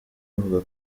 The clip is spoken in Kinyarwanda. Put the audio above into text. avuga